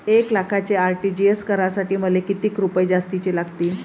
एक लाखाचे आर.टी.जी.एस करासाठी मले कितीक रुपये जास्तीचे लागतीनं?